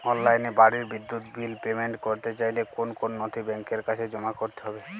অনলাইনে বাড়ির বিদ্যুৎ বিল পেমেন্ট করতে চাইলে কোন কোন নথি ব্যাংকের কাছে জমা করতে হবে?